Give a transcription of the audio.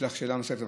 יש לך שאלה נוספת?